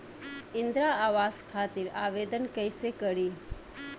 इंद्रा आवास खातिर आवेदन कइसे करि?